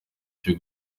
cyo